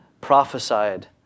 prophesied